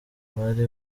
bari